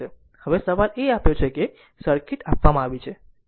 હવે સવાલ એ આપ્યો છે કે આ સર્કિટ આપવામાં આવી છે